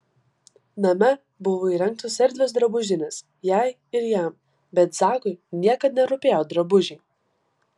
name buvo įrengtos erdvios drabužinės jai ir jam bet zakui niekad nerūpėjo drabužiai